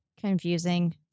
confusing